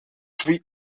three